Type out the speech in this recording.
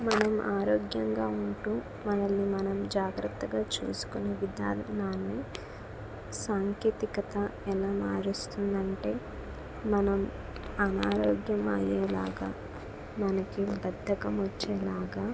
మనం ఆరోగ్యంగా ఉంటూ మనల్ని మనం జాగ్రత్తగా చూసుకుని విధానాన్ని సాంకేతికత ఎలా మారుస్తుంది అంటే మనం అనారోగ్యం అయ్యేలాగా మనకి బద్దకం వచ్చేలాగా